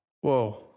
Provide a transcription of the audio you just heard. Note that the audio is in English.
whoa